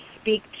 speak